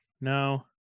No